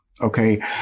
Okay